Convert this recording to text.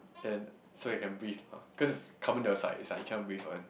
then so I can breathe mah cause is carbon dioxide is like you cannot breathe one